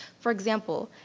for example,